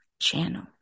channel